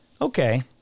okay